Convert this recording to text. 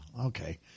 okay